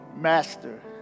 master